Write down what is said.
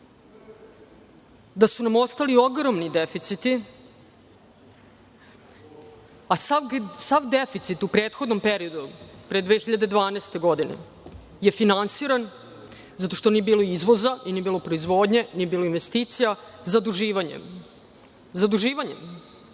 da su nam ostali ogromni deficiti, sav deficit u prethodnom periodu pre 2012. godine je finansiran zato što nije bilo izvoza i nije bilo proizvodnje, investicija zaduživanjem, koje